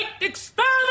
experiment